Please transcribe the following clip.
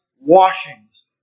washings